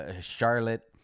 charlotte